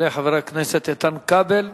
יעלה חבר הכנסת איתן כבל,